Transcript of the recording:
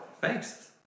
Thanks